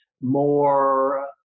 more